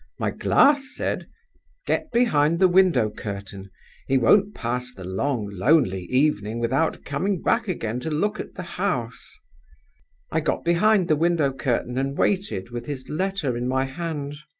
my glass said get behind the window-curtain he won't pass the long lonely evening without coming back again to look at the house i got behind the window-curtain, and waited with his letter in my hand.